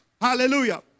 hallelujah